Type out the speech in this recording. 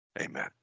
Amen